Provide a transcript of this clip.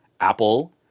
Apple